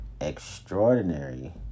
extraordinary